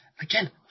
Again